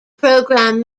program